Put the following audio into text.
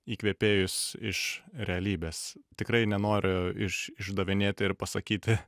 įkvėpėjus iš realybės tikrai nenoriu iš išdavinėti ir pasakyti